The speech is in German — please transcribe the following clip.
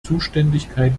zuständigkeit